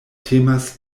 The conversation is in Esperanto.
temas